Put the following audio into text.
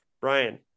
Brian